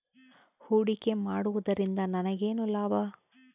ಹೂಡಿಕೆ ಮಾಡುವುದರಿಂದ ನನಗೇನು ಲಾಭ?